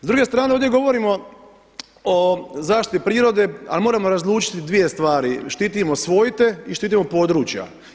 S druge strane ovdje govorimo o zaštiti prirode ali moramo razlučiti dvije stvari, štitimo svojte i štitimo područja.